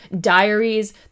diaries